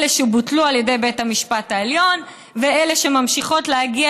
אלה שבוטלו על ידי בית המשפט העליון ואלה שממשיכות להגיע